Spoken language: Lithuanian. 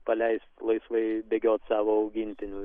paleist laisvai bėgiot savo augintinių